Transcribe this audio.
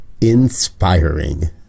inspiring